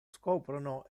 scoprono